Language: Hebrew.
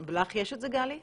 ולך יש את זה, גלי?